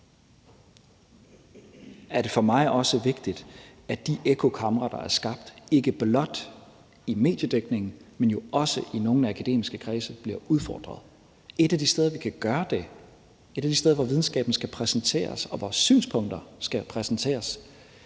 er det for mig også vigtigt, at de ekkokamre, der er skabt, ikke blot i mediedækningen, men jo også i nogle af de akademiske kredse, bliver udfordret. Et af de steder, hvor vi kan gøre det, et af de steder, hvor videnskaben skal præsenteres, og hvor synspunkter skal præsenteres,